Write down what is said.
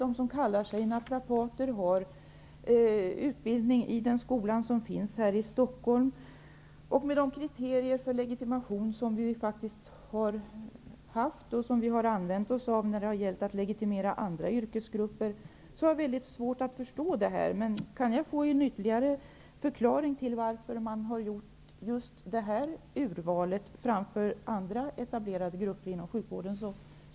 De som kallar sig naprapater har utbildats på den skola som finns här i Stockholm. Mot bakgrund av de kriterier för legitimation som funnits och som vi har använt oss av när det gällt legitimering av andra yrkesgrupper har jag väldigt svårt att förstå resonemanget här. Det skulle vara mycket intressant att få ytterligare en förklaring till att man gjort just nämnda urval i stället för att välja ut andra etablerade grupper inom sjukvården.